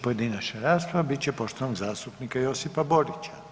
pojedinačna rasprava bit će poštovanog zastupnika Josipa Borića.